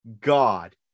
God